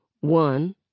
One